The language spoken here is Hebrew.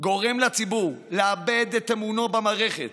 גורמת לציבור לאבד את אמונו במערכת.